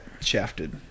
shafted